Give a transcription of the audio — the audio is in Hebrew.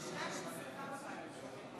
התרבות והספורט נתקבלה.